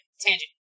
tangent